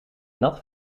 nat